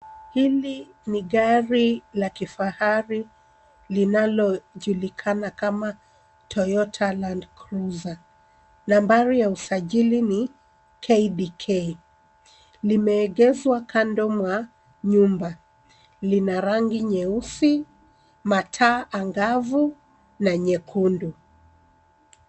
Hili ni gari la kifahari linalojulikana kama Toyota Land Cruiser. Nambari ya usajili ni KBK. Limeegeshwa kando ya nyumba. Lina rangi nyeusi, magurudumu angavu, na nyekundu.